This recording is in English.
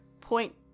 point